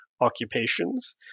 occupations